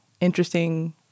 interesting